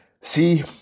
see